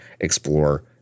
explore